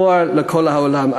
אור לכל העולם.